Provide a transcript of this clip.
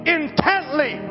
intently